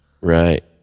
Right